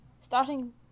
Starting